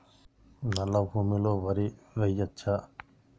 నల్లా భూమి లో వరి వేయచ్చా?